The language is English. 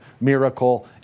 miracle